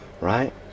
right